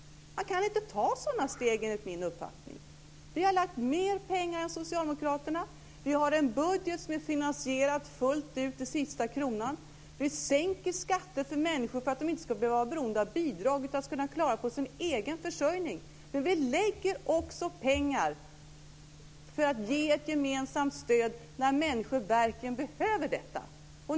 Man kan inte ta sådana steg enligt min uppfattning. Vi har lagt mer pengar än socialdemokraterna. Vi har en budget som är finansierad fullt ut till sista kronan. Vi sänker skatterna för människor så att de inte ska behöva vara beroende av bidrag utan kunna klara sig på sin egen försörjning. Men vi lägger också pengar för att ge ett gemensamt stöd när människor verkligen behöver detta.